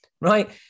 right